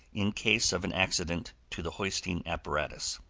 in case of an accident to the hoisting apparatus.